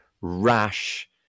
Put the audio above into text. rash